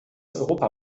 europa